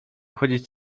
chodzić